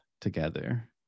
together